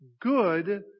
good